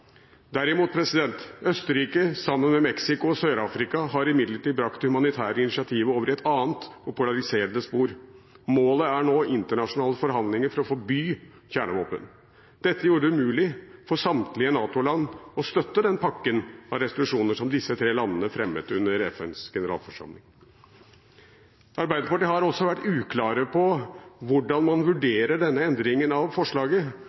Derimot har imidlertid Østerrike sammen med Mexico og Sør-Afrika brakt det humanitære initiativet over i et annet og polariserende spor. Målet er nå internasjonale forhandlinger for å forby kjernevåpen. Dette gjorde det umulig for samtlige NATO-land å støtte den pakken av resolusjoner som disse tre landene fremmet under FNs generalforsamling. Arbeiderpartiet har også vært uklare på hvordan man vurderer denne endringen av forslaget